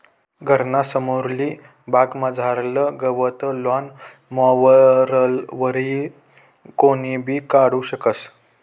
घरना समोरली बागमझारलं गवत लॉन मॉवरवरी कोणीबी काढू शकस